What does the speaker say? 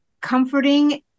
comforting